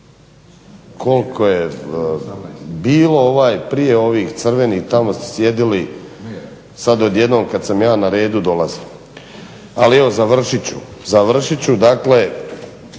Koliko je bilo prije ovih crvenih, tamo ste sjedili, sad odjednom kad sam ja na redu dolazi. Ali evo završit ću. Dakle